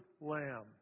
lamb